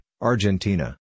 Argentina